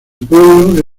pueblo